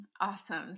Awesome